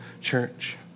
Church